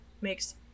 makes